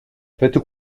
faites